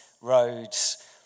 roads